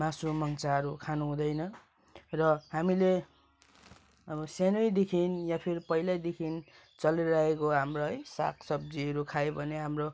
मासुमाङ्सहरू खानु हुँदैन र हामीले अब सानै देखि या फिर पहिलै देखि चलिरहेको हाम्रो है सागसब्जीहरू खायो भने हाम्रो